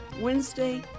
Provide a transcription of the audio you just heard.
Wednesday